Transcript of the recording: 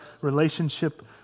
relationship